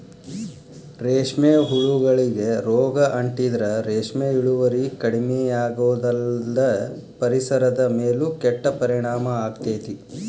ರೇಷ್ಮೆ ಹುಳಗಳಿಗೆ ರೋಗ ಅಂಟಿದ್ರ ರೇಷ್ಮೆ ಇಳುವರಿ ಕಡಿಮಿಯಾಗೋದಲ್ದ ಪರಿಸರದ ಮೇಲೂ ಕೆಟ್ಟ ಪರಿಣಾಮ ಆಗ್ತೇತಿ